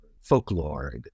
folklore